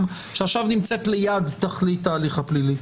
שעכשיו נמצאת ליד תכלית ההליך הפלילי.